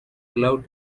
allowed